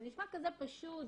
זה נשמע כזה פשוט,